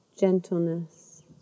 gentleness